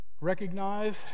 Recognize